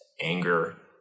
anger